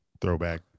throwback